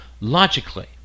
logically